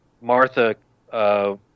Martha